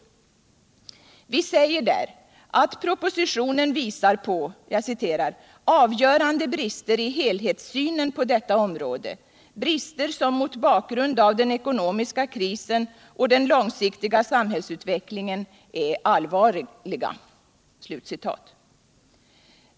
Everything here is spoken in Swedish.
Vi säger där att propositionen visar på ”avgörande brister i helhetssynen på detta område, brister som mot bakgrund av den ekonomiska krisen och den långsiktiga sam hällsutveckiingen är allvarliga”.